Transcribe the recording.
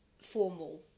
formal